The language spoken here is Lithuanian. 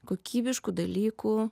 kokybiškų dalykų